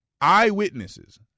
eyewitnesses